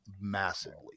massively